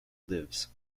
lives